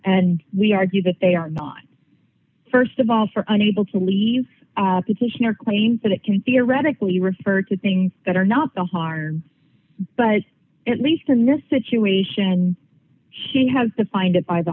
and we argue that they are not first of all for an able to leave application or claims that it can theoretically refer to things that are not the harm but at least in this situation and she has the find it by the